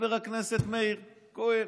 חבר הכנסת מאיר כהן?